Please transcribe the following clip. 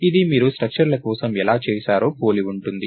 ఇది మీరు స్ట్రక్చర్ ల కోసం ఎలా చేశారో పోలి ఉంటుంది